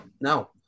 no